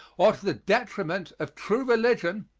or to the detriment of true religion,